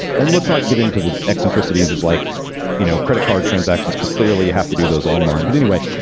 and let's not like get into the eccentricities of like you know credit card transactions, because clearly you have to do those online. but anyway,